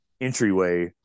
entryway